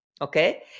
Okay